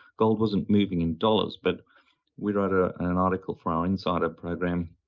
gold wasn't moving in dollars, but we wrote ah an article for our insider program,